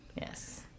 Yes